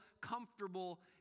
comfortable